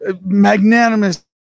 magnanimous